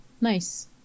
Nice